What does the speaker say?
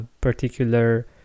particular